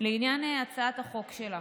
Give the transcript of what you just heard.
לעניין הצעת החוק שלך,